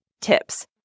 tips